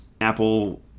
Apple